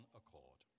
accord